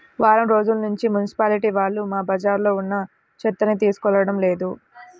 వారం రోజుల్నుంచి మున్సిపాలిటీ వాళ్ళు మా బజార్లో ఉన్న చెత్తని తీసుకెళ్లడం లేదు